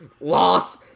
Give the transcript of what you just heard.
loss